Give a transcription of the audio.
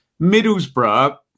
Middlesbrough